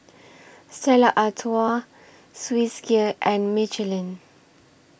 Stella Artois Swissgear and Michelin